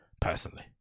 personally